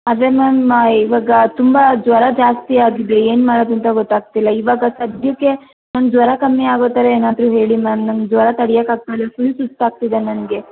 ಅದೇ ಮ್ಯಾಮ್ ಈವಾಗ ತುಂಬ ಜ್ವರ ಜಾಸ್ತಿ ಆಗಿದೆ ಏನು ಮಾಡೋದು ಅಂತ ಗೊತ್ತಾಗ್ತಿಲ್ಲ ಈವಾಗ ಸದ್ಯಕ್ಕೆ ನನಗೆ ಜ್ವರ ಕಮ್ಮಿ ಆಗೋ ಥರ ಏನಾದರೂ ಹೇಳಿ ಮ್ಯಾಮ್ ನನಗೆ ಜ್ವರ ತಡಿಯಕ್ಕೆ ಆಗ್ತಾಯಿಲ್ಲ ಫುಲ್ ಸುಸ್ತಾಗ್ತಿದೆ ನನಗೆ